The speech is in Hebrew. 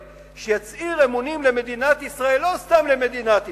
שיצהיר אמונים למדינת ישראל, לא סתם למדינת ישראל.